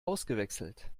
ausgewechselt